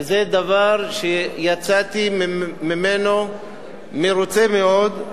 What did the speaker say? וזה דבר שיצאתי מרוצה מאוד ממנו.